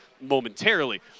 momentarily